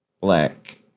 black